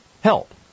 Help